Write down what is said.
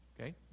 okay